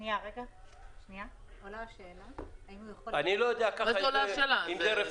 עולה השאלה --- מה זה, עולה השאלה?